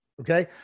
okay